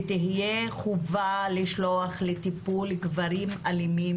ותהיה חובה לשלוח לטיפול גברים אלימים